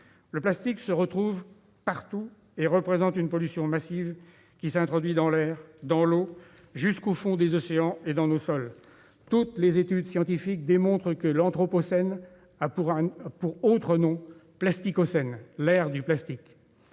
Le plastique se retrouve partout et représente une pollution massive qui s'introduit dans l'air, dans l'eau- jusqu'au fond des océans -et dans les sols. Toutes les études scientifiques démontrent que l'anthropocène a pour autre nom « plasticocène », l'ère du plastique.